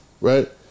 Right